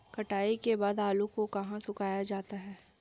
कटाई के बाद आलू को कहाँ सुखाया जाता है?